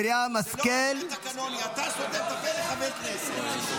צריך לתת לו את זה.